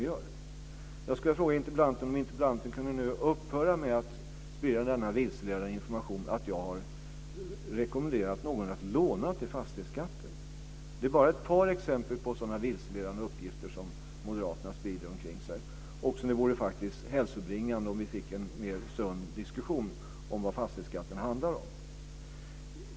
Jag skulle vilja fråga interpellanten om hon nu kunde upphöra med att sprida den vilseledande informationen att jag har rekommenderat någon att låna till fastighetsskatten. Detta är bara ett par exempel på sådana vilseledande uppgifter som moderaterna sprider omkring sig. Det vore faktiskt hälsobringande om vi fick en mer sund diskussion om vad fastighetsskatten handlar om.